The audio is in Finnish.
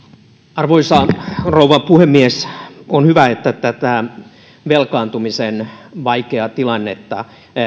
arvoisa rouva puhemies on hyvä että tätä velkaantumisen vaikeaa tilannetta tarkastellaan